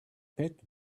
pet